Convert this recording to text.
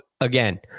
again—